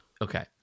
Okay